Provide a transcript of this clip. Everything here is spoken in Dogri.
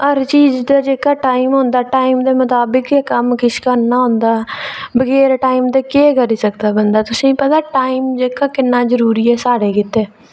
हर चीज दा किश टाइम होंदा टाइम दे मताबक गै किश करना होंदा बगैर टाइम दे केह् करी सकदा बंदा तुसें गी पता टाइम जेह्का किन्ना जरूरी ऐ साढ़े गितै